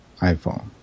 iPhone